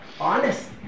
honest